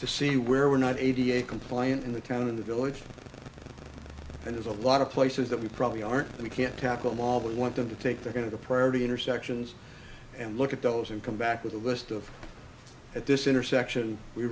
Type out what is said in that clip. to see where we're not eighty eight compliant in the town in the village and there's a lot of places that we probably aren't we can't tackle mob we want them to take they're going to priority intersections and look at those and come back with a list of at this intersection we